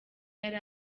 yari